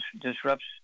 disrupts